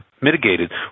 mitigated